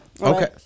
okay